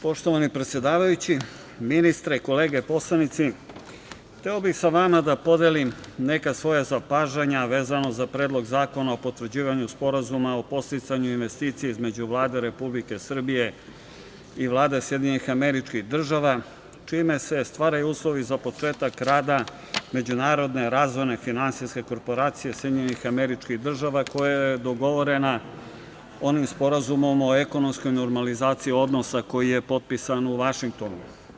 Poštovani predsedavajući, ministre, kolege poslanici, hteo bih sa vama da podelim neka svoja zapažanja vezano za Predlog zakona o potvrđivanju Sporazuma o podsticanju investicije između Vlade Republike Srbije i Vlade SAD, čime se stvaraju uslovi za početak rada međunarodne razvojne finansijske korporacije SAD, koja je dogovorena onim sporazumom o ekonomskoj normalizaciji odnosa koji je potpisan u Vašingtonu.